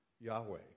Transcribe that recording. Yahweh